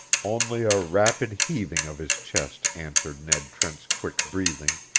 only a rapid heaving of his chest answered ned trent's quick breathing,